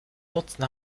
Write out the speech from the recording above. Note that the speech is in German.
nutzen